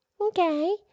Okay